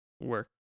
work